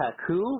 Taku